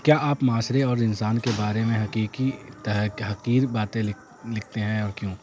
کیا آپ معاشرے اور انسان کے بارے میں حقیقی حقیر باتیں لکھ لکھتے ہیں اور کیوں